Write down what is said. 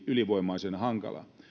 ylivoimaisen hankalaa